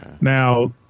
Now